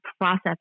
process